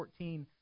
14